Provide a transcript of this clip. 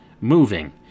moving